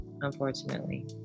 unfortunately